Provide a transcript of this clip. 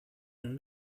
und